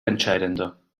entscheidender